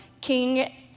king